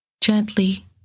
gently